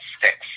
six